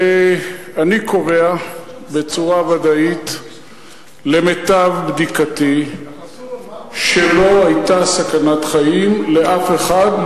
אני קובע בצורה ודאית למיטב בדיקתי שלא היתה סכנת חיים לאף אחד,